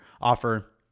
offer